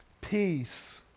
Peace